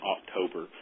October